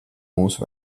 mūsu